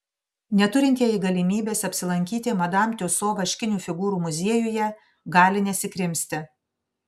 neturintieji galimybės apsilankyti madam tiuso vaškinių figūrų muziejuje gali nesikrimsti